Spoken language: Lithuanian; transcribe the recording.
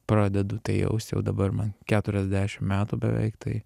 pradedu tai jaust jau dabar man keturiasdešim metų beveik tai